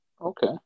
Okay